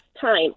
time